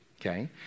Okay